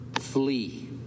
Flee